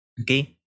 Okay